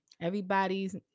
Everybody's